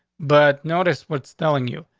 but notice what's telling you.